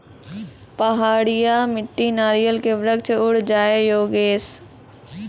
पहाड़िया मिट्टी नारियल के वृक्ष उड़ जाय योगेश?